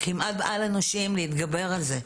כמעט על אנושיים להתגבר על זה.